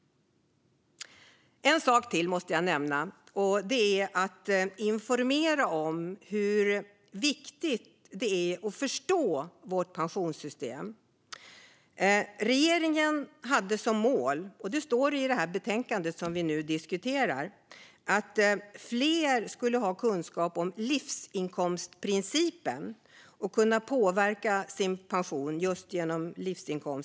Jag måste nämna ytterligare en sak, och det är att regeringen måste informera om hur viktigt det är att förstå vårt pensionssystem. Regeringen hade som mål, vilket står i betänkandet, att fler skulle ha kunskap om livsinkomstprincipen för att kunna påverka sin pension.